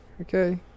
Okay